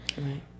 Right